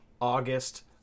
August